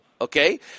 Okay